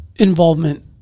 Involvement